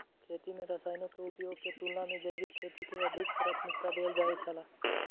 खेती में रसायनों के उपयोग के तुलना में जैविक खेती के अधिक प्राथमिकता देल जाय छला